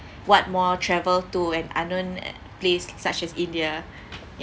what more travel to an unknown placed such as india